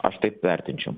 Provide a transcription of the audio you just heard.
aš taip vertinčiau